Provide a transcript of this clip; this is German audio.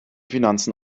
finanzen